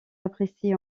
apprécié